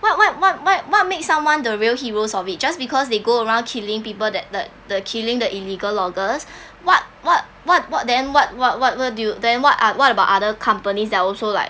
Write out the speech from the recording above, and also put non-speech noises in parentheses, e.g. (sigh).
what what what what what make someone the real heroes of it just because they go around killing people that that the killing the illegal loggers (breath) what what what what then what what what what do you then what are what about other companies that also like